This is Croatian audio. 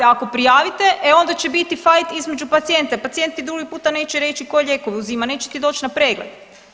Ako prijavite e onda će fajt između pacijenta, pacijenti ti drugi puta neće reći koje lijekove uzima, neće ti doći na pregled.